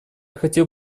хотел